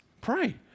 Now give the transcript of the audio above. pray